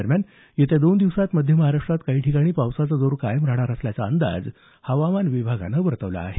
दरम्यान येत्या दोन दिवसात मध्य महाराष्ट्रात काही ठिकाणी पावसाचा जोर कायम राहणार असल्याचा अंदाज हवामान विभागानं वर्तवला आहे